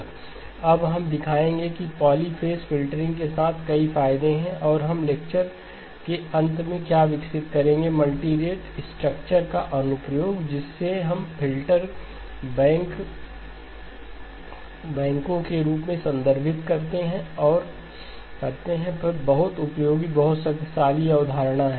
अब हम दिखाएंगे कि पॉलीफ़ेज़ फ़िल्टरिंग के साथ कई फायदे हैं और हम लेक्चर के अंत में क्या विकसित करेंगे मल्टीरेट स्ट्रक्चर का अनुप्रयोग जिसे हम फ़िल्टर बैंकों के रूप में संदर्भित करते हैं बहुत उपयोगी बहुत शक्तिशाली अवधारणा है